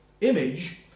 Image